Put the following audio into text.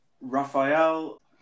Raphael